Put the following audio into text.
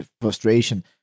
frustration